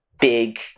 big